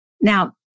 Now